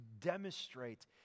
demonstrate